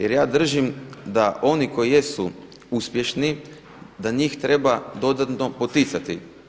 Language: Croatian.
Jer ja držim da oni koji jesu uspješni da njih treba dodatno poticati.